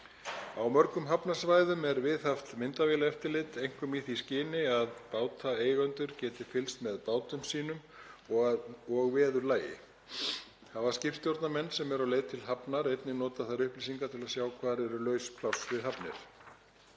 Á mörgum hafnarsvæðum er viðhaft myndavélaeftirlit, einkum í því skyni að bátaeigendur geti fylgst með bátum sínum og veðurlagi. Hafa skipstjórnarmenn sem eru á leið til hafnar einnig notað þær upplýsingar til að sjá hvar eru laus pláss við hafnir.